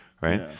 right